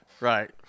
Right